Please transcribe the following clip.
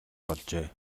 болжээ